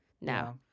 No